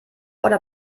oder